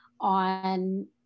on